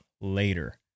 later